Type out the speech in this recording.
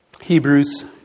Hebrews